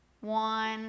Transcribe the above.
one